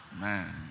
man